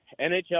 NHL